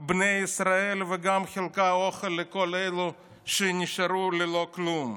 את בני ישראל וגם חילקה אוכל לכל אלה שנשארו ללא כלום.